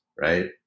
right